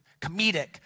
comedic